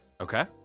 Okay